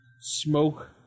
smoke